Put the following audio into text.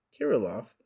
kirillov